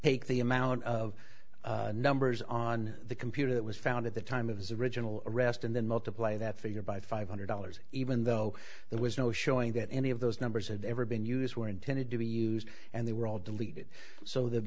take the amount of numbers on the computer that was found at the time of his original arrest and then multiply that figure by five hundred dollars even though there was no showing that any of those numbers had ever been used were intended to be used and they were all deleted so th